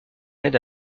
aide